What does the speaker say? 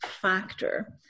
factor